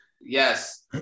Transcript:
Yes